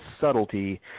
subtlety